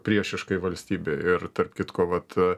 priešiškai valstybei ir tarp kitko vat